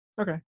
Okay